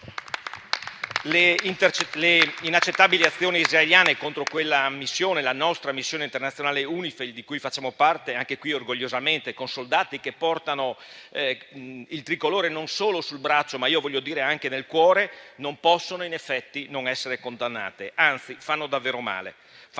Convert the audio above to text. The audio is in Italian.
Le inaccettabili azioni israeliane contro quella missione, la nostra missione internazionale UNIFIL di cui facciamo parte, anche qui orgogliosamente con soldati che portano il Tricolore non solo sul braccio, ma io voglio dire anche nel cuore, non possono in effetti non essere condannate. Anzi, fanno davvero male;